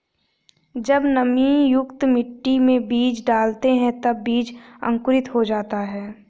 जब नमीयुक्त मिट्टी में बीज डालते हैं तब बीज अंकुरित हो जाता है